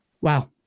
Wow